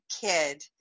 kid